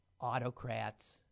autocrats